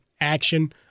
action